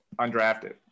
undrafted